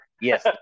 Yes